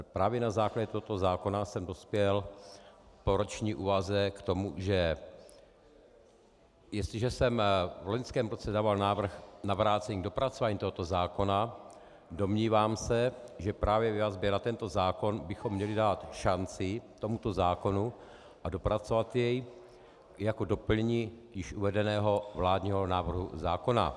Právě na základě tohoto zákona jsem dospěl po roční úvaze k tomu, že jestliže jsem v loňském roce dával návrh na vrácení k dopracování tohoto zákona, domnívám se, že právě ve vazbě na tento zákon bychom měli dát šanci tomuto zákonu a dopracovat jej jako doplnění již uvedeného vládního návrhu zákona.